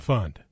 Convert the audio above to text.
Fund